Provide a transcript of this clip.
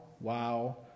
wow